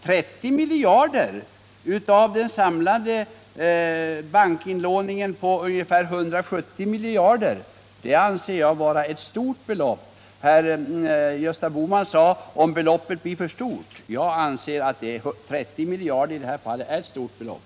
30 miljarder av den samlade bankinlåningen på ungefär 170 miljarder anser jag vara ett stort belopp. Herr Gösta Bohman sade att man kunde överväga åtgärder om beloppet blev för stort. Jag anser att 30 miljarder är ett stort belopp.